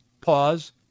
pause